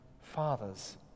fathers